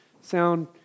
sound